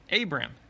Abram